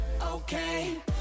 okay